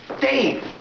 Dave